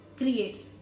creates